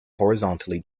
horizontally